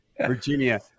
Virginia